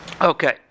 okay